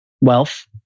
Wealth